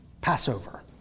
Passover